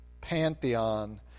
pantheon